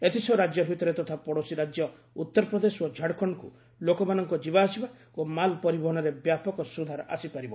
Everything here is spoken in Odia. ଏଥିସହ ରାଜ୍ୟ ଭିତରେ ତଥା ପଡ଼ୋଶୀ ରାଜ୍ୟ ଉତ୍ତରପ୍ରଦେଶ ଓ ଝାଡ଼ଖଣ୍ଡକୁ ଲୋକମାନଙ୍କ ଯିବାଆସିବା ଓ ମାଲ୍ ପରିବହନରେ ବ୍ୟାପକ ସୁଧାର ଆସିପାରିବ